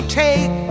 take